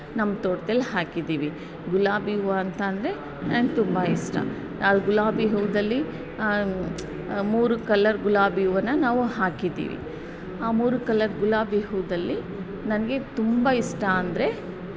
ನಮ್ಮ ತೋಟ್ದಲ್ಲಿ ಹಾಕಿದ್ದೀವಿ ಗುಲಾಬಿ ಹೂವು ಅಂತ ಅಂದರೆ ನನಗೆ ತುಂಬ ಇಷ್ಟ ನಾವು ಗುಲಾಬಿ ಹೂವಿನಲ್ಲಿ ಮೂರು ಕಲರ್ ಗುಲಾಬಿ ಹೂವನ್ನು ನಾವು ಹಾಕಿದ್ದೀವಿ ಆ ಮೂರು ಕಲರ್ ಗುಲಾಬಿ ಹೂವಿನಲ್ಲಿ ನನಗೆ ತುಂಬ ಇಷ್ಟ ಅಂದರೆ